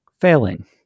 failing